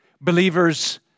believers